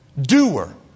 Doer